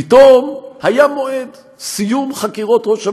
פתאום היה מועד, סיום חקירות ראש הממשלה,